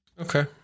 Okay